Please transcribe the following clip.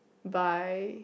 by